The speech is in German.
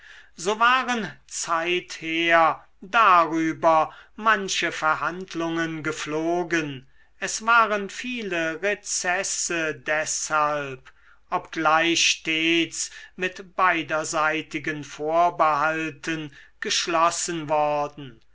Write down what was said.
so waren zeither darüber manche verhandlungen gepflogen es waren viele rezesse deshalb obgleich stets mit beiderseitigen vorbehalten geschlossen worden